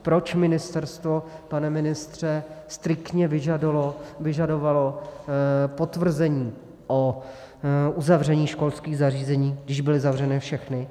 Proč ministerstvo, pane ministře, striktně vyžadovalo potvrzení o uzavření školských zařízení, když byly zavřeny všechny.